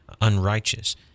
unrighteous